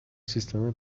سیستم